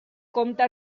compta